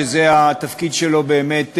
שזה התפקיד שלו באמת,